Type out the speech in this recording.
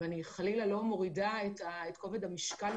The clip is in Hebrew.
מקצועות הבריאות